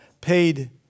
paid